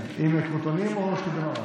עם קרוטונים או שקדי מרק?